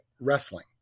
wrestling